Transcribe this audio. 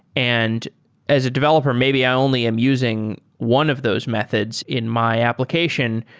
and as a developer, maybe i only am using one of those methods in my application,